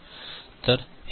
तर हे आउटपुट 0 असेल